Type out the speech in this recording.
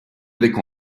avec